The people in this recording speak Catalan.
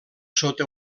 sota